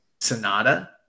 Sonata